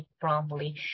promptly